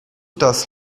das